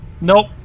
Nope